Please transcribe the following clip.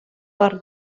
бар